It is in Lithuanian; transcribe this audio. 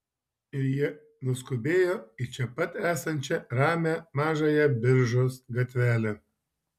ir jie nuskubėjo į čia pat esančią ramią mažąją biržos gatvelę